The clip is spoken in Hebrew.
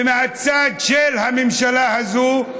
ומהצד של הממשלה הזאת.